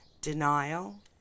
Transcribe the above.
denial